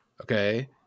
Okay